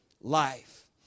life